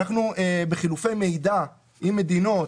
אנחנו בחילופי מידע עם מדינות.